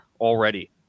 already